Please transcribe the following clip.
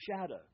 shadow